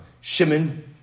Shimon